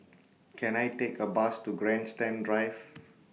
Can I Take A Bus to Grandstand Drive